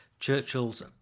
Churchill's